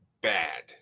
bad